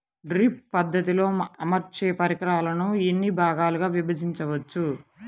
Drip పద్ధతిలో అమర్చే పరికరాలను ఎన్ని భాగాలుగా విభజించవచ్చు?